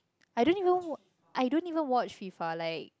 I don't even wa~ I don't even watch FIFA like